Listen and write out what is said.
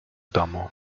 domu